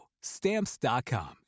Stamps.com